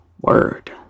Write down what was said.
word